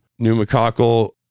pneumococcal